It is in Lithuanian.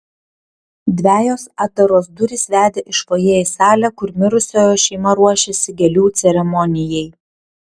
dvejos atdaros durys vedė iš fojė į salę kur mirusiojo šeima ruošėsi gėlių ceremonijai